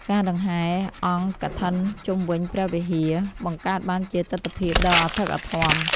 ការដង្ហែរអង្គកឋិនជុំវិញព្រះវិហារ បង្កើតបានជាទិដ្ឋភាពដ៏អធិកអធម។